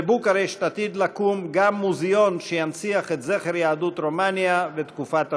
בבוקרשט עתיד לקום מוזיאון שינציח את זכר יהדות רומניה ותקופת השואה.